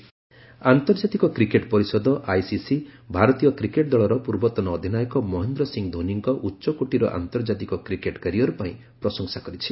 ICC Dhoni ଆନ୍ତର୍ଜାତିକ cricket ପରିଷଦ ICC ଭାରତୀୟ କ୍ରିକେଟ୍ ଦଳର ପୂର୍ବତନ ଅଧିନାୟକ ମହେନ୍ଦ୍ର ସିଂ ଧୋନିଙ୍କ ଉଚ୍ଚକୋଟୀର ଆନ୍ତର୍ଜାତିକ କ୍ରିକେଟ୍ କ୍ୟାରିୟର ପାଇଁ ପ୍ରଶଂସା କରିଛି